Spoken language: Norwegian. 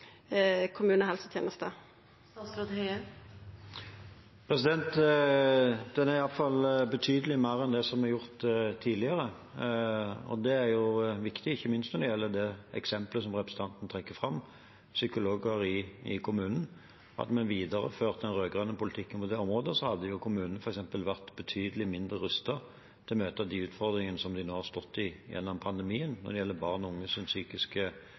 betydelig mer enn det som er gjort tidligere, og det er jo viktig, ikke minst når det gjelder det eksemplet som representanten trekker fram: psykologer i kommunen. Hadde vi videreført den rød-grønne politikken på det området, hadde kommunene vært betydelig mindre rustet til å møte de utfordringene de nå har stått i gjennom pandemien når det gjelder barn og unges psykiske